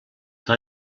que